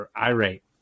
irate